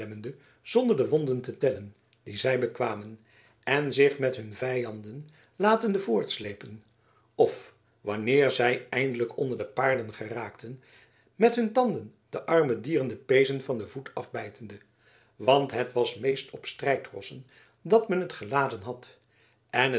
zonder de wonden te tellen die zij bekwamen en zich met hun vijanden latende voortsleepen of wanneer zij eindelijk onder de paarden geraakten met hun tanden den armen dieren de pezen van den voet afbijtende want het was meest op de strijdrossen dat men het geladen had en